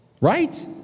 Right